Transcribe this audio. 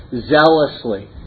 zealously